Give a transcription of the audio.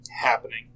happening